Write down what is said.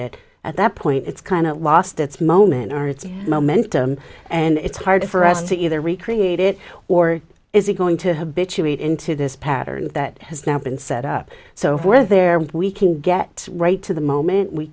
it at that point it's kind of lost its moment and its momentum and it's hard for us to either recreate it or is it going to have bitchy wait into this pattern that has now been set up so we're there we can get right to the moment we